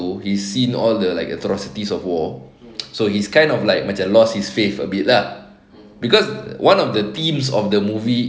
so he seen all like atrocities of war so he's kind of like macam lost his faith a bit lah cause one of the themes of the movie